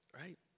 right